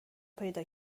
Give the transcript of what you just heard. پیدا